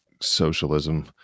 socialism